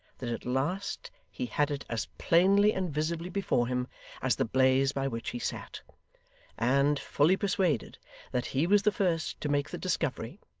that at last he had it as plainly and visibly before him as the blaze by which he sat and, fully persuaded that he was the first to make the discovery,